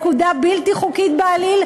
פקודה בלתי חוקית בעליל,